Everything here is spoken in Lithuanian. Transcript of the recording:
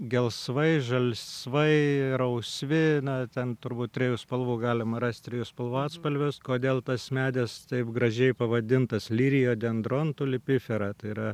gelsvai žalsvai rausvi na ten turbūt trijų spalvų galima rasti trijų spalvų atspalvius kodėl tas medis taip gražiai pavadintas lyrijo dendrontuli pifera tai yra